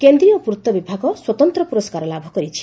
କେନ୍ଦ୍ରୀୟ ପୂର୍ଭବିଭାଗ ସ୍ୱତନ୍ତ ପୁରସ୍କାର ଲାଭ କରିଛି